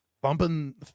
bumping